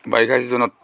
বাৰিষা ছিজনত